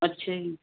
ਅੱਛਾ ਜੀ